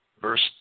verse